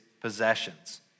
possessions